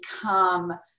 become